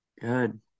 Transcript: Good